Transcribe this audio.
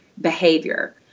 behavior